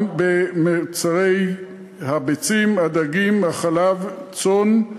גם במוצרי הביצים, הדגים וחלב הצאן.